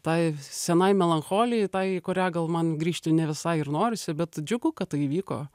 tai senai melancholijai tai į kurią gal man grįžti ne visai ir norisi bet džiugu kad tai įvyko